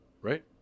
right